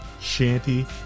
shanty